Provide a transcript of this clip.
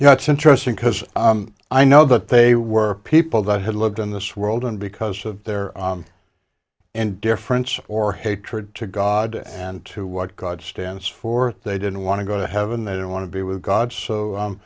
know it's interesting because i know that they were people that had lived in this world and because of their and difference or hatred to god and to what god stands for they didn't want to go to heaven they didn't want to be with god so